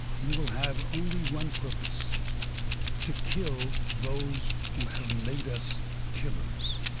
you will have only one purpose to kill those who have made us killers.